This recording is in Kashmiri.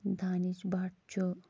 دانِش بٹ چھُ